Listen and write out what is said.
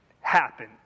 happen